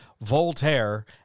Voltaire